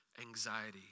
anxiety